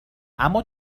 اما